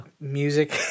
music